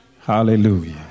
Hallelujah